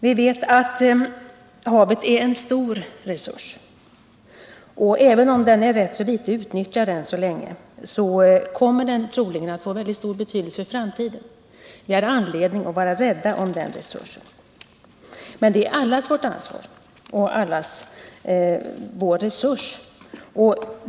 Vi vet att havet är en stor resurs, och även om denna resurs än så länge är rätt litet utnyttjad kommer den troligen att få mycket stor betydelse i framtiden. Vi har anledning att vara rädda om havet — det är allas vårt ansvar och allas vår resurs.